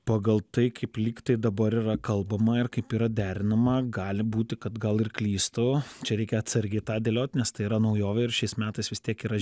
pagal tai kaip lyg tai dabar yra kalbama ir kaip yra derinama gali būti kad gal ir klystu čia reikia atsargiai tą dėliot nes tai yra naujovė ir šiais metais vis tiek yra